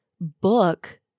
book